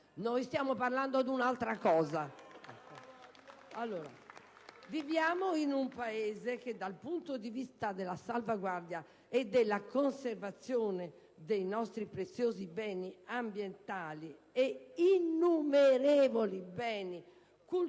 cosa! *(Applausi dai Gruppi PdL e LNP).* Viviamo in un Paese che, dal punto di vista della salvaguardia e della conservazione dei nostri preziosi beni ambientali e innumerevoli beni culturali,